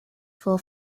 for